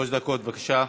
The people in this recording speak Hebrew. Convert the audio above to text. שלוש דקות, בבקשה.